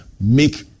Make